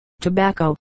tobacco